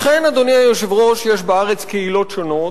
אכן, אדוני היושב-ראש, יש בארץ קהילות שונות,